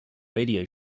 radio